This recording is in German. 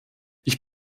ich